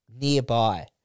nearby